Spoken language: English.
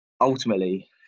Ultimately